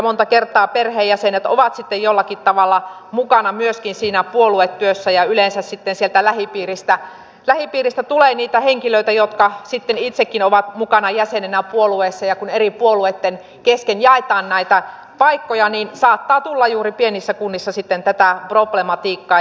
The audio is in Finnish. monta kertaa perheenjäsenet ovat sitten jollakin tavalla mukana myöskin siinä puoluetyössä ja yleensä sieltä lähipiiristä tulee niitä henkilöitä jotka sitten itsekin ovat mukana jäsenenä puolueessa ja kun eri puolueitten kesken jaetaan näitä paikkoja niin saattaa tulla juuri pienissä kunnissa tätä problematiikkaa